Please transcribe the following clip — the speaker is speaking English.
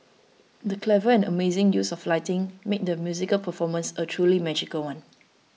the clever and amazing use of lighting made the musical performance a truly magical one